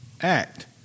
act